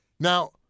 Now